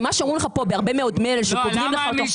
ומה שאומרים לך פה בהרבה מאוד מלל שכותבים לך אותו.